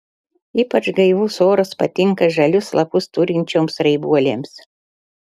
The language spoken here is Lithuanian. ypač gaivus oras patinka žalius lapus turinčioms raibuolėms